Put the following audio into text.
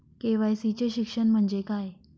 KYC चे शिक्षण म्हणजे काय?